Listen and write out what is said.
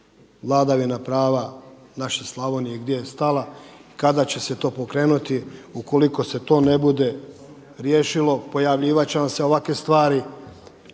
vladavina prava naše Slavonije gdje je stala, kada će se to pokrenuti? Ukoliko se to ne bude riješilo pojavljivat će vam se ovakve stvari.